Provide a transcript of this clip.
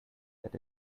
that